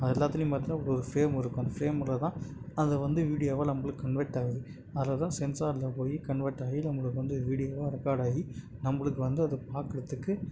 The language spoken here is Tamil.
அது எல்லாத்துலையும் பார்த்தீனா ஒரு ஃப்ரேம் இருக்கும் அந்த ஃப்ரேம் உள்ள தான் அதை வந்து வீடியோவாக நம்மளுக்கு கன்வெர்ட் ஆகுது அதில் தான் சென்சாரில் போயி கன்வெர்ட் ஆகி நம்மளுக்கு வந்து வீடியோவாக ரெக்கார்ட் ஆகி நம்மளுக்கு வந்து அது பார்க்கறத்துக்கு